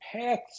paths